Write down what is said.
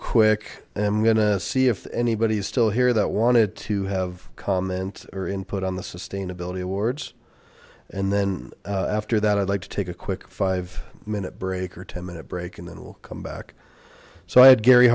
quick and we're going to see if anybody's still here that wanted to have a comment or input on the sustainability awards and then after that i'd like to take a quick five minute break or ten minute break and then we'll come back so i had gary